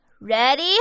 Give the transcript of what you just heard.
ready